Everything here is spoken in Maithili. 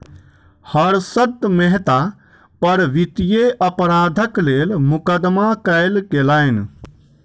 हर्षद मेहता पर वित्तीय अपराधक लेल मुकदमा कयल गेलैन